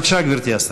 בבקשה, גברתי השרה.